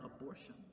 abortion